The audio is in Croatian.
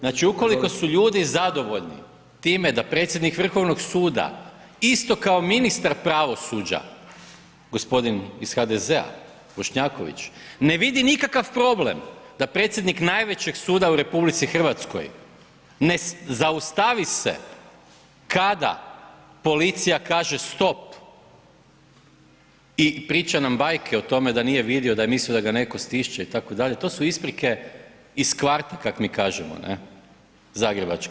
Znači ukoliko su ljudi zadovolji time da predsjednik Vrhovnog suda isto kao ministar pravosuđa, gospodin iz HDZ-a, Bošnjaković, ne vidi nikakav problem da predsjednik najvećeg suda u RH ne zaustavi se kada policija kaže stop i priča nam bajke o tome da nije vidio, da je mislio da ga netko stišće itd., to su isprike iz kvarta kako mi kažemo, ne, zagrebački.